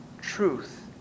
truth